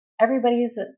everybody's